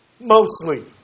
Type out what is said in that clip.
mostly